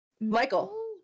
Michael